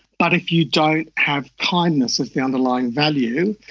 but if you don't have kindness as the underlying value,